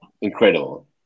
incredible